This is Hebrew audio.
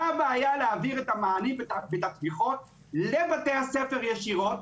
מה הבעיה להעביר את המענים ואת התמיכות לבתי הספר ישירות,